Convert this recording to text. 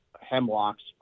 hemlocks